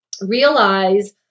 realize